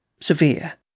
severe